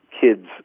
kids